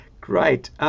Great